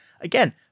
again